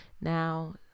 Now